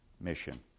mission